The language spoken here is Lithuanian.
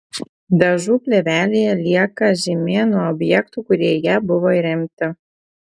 dažų plėvelėje lieka žymė nuo objektų kurie į ją buvo įremti